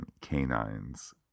canines